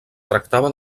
tractava